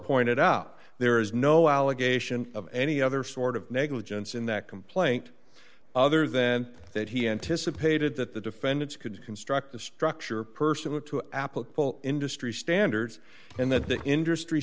pointed out there is no allegation of any other sort of negligence in that complaint other than that he anticipated that the defendants could construct the structure percival to an applicable industry standards and that the industry